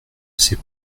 c’est